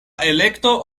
elekto